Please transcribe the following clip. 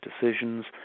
decisions